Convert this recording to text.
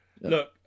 Look